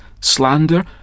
slander